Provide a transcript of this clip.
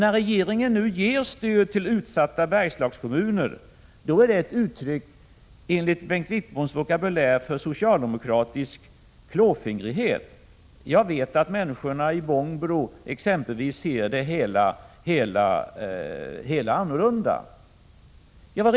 När regeringen nu ger stöd till utsatta Bergslagskommuner är det, enligt Bengt Wittboms vokabulär, ett uttryck för socialdemokratisk klåfingrighet. Jag vet att människor exempelvis i Bångbro ser det på ett annat sätt.